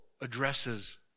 addresses